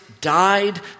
died